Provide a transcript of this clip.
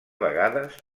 vegades